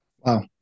Wow